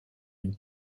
une